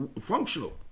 functional